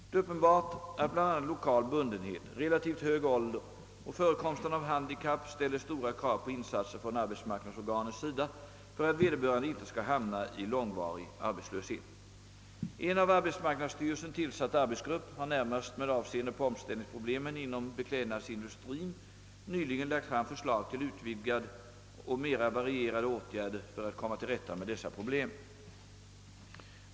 Det är uppenbart, att bl.a. 1okal bundenhet, relativt hög ålder och förekomsten av handikapp ställer stora krav på insatser från arbetsmarknadsorganens sida för att vederbörande inte skall hamna i långvarig arbetslöshet. En av arbetsmarknadsstyrelsen tillsatt arbetsgrupp har, närmast med avseende på omställningsproblemen inom bekläd nadsindustrien, nyligen lagt fram förslag till utvidgade och mera varierade åtgärder för att komma till rätta med dessa problem.